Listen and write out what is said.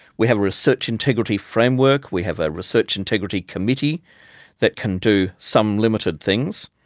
we have a research integrity framework, we have a research integrity committee that can do some limited things.